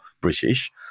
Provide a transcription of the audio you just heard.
British